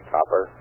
Copper